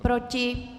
Proti?